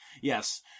Yes